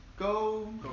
Go